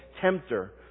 tempter